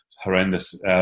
horrendous